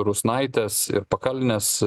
rusnaitės ir pakalnės